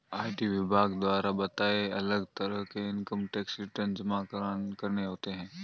IT विभाग द्वारा बताए, अलग तरह के इन्कम टैक्स रिटर्न जमा करने होते है